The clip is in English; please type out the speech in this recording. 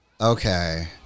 Okay